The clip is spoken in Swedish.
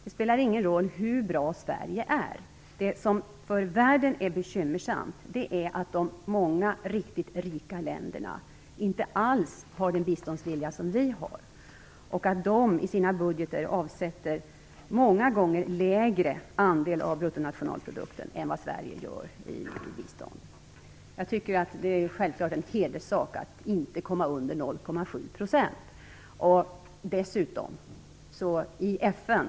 Det spelar ingen roll hur bra Sverige är - det som är bekymmersamt för världen är att de många riktigt rika länderna inte alls har den biståndsvilja som vi i Sverige har och att dessa länder i sina budgetar avsätter en många gånger lägre andel av bruttonationalprodukten till bistånd än vad Sverige gör. Jag tycker att det självfallet är en hederssak att inte komma under 0,7 % av bruttonationalprodukten.